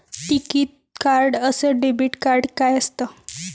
टिकीत कार्ड अस debit card काय असत?